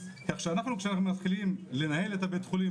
כשאנחנו מתחילים לנהל את בית החולים,